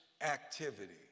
activity